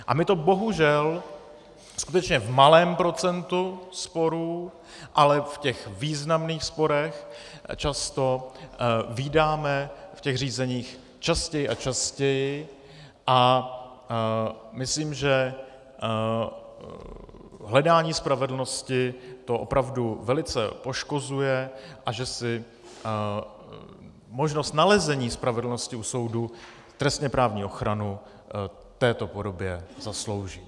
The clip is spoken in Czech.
A my to bohužel skutečně v malém procentu sporů, ale v těch významných sporech, často vídáme v těch řízeních častěji a častěji a myslím, že hledání spravedlnosti to opravdu velice poškozuje a že si možnost nalezení spravedlnosti u soudu trestněprávní ochranu v této podobě zaslouží.